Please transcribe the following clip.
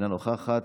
אינה נוכחת,